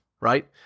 right